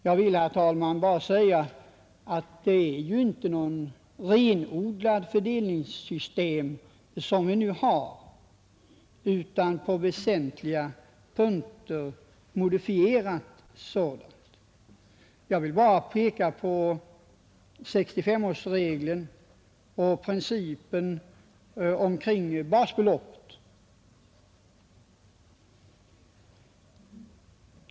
Jag vill, herr talman, bara säga att det är inte något renodlat fördelningssystem vi har utan ett på väsentliga punkter modifierat sådant. Jag vill bara peka på 65-årsregeln och principen med basbeloppet.